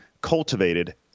cultivated